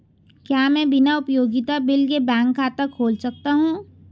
क्या मैं बिना उपयोगिता बिल के बैंक खाता खोल सकता हूँ?